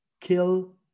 kill